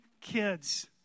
kids